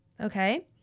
okay